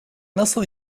nasıl